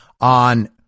on